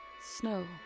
Snow